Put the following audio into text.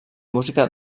música